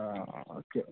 okay